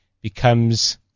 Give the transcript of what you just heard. becomes